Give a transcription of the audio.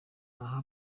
aha